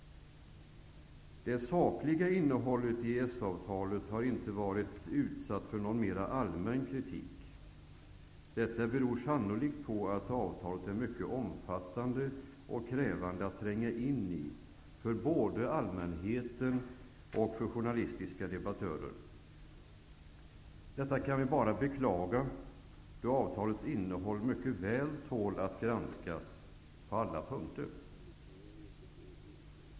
Det sakliga innehållet i EES-avtalet har inte varit utsatt för någon mera allmän kritik. Detta beror sannolikt på att avtalet är mycket omfattande och krävande att tränga in i för både allmänhet och journalistiska debattörer. Detta kan vi bara beklaga, då avtalets innehåll mycket väl tål att granskas på alla punkter.